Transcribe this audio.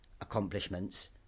accomplishments